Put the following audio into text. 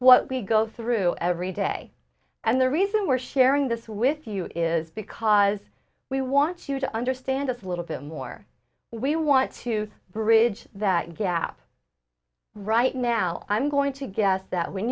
what we go through every day and the reason we're sharing this with you is because we want you to understand us a little bit more we want to bridge that gap right now i'm going to guess that when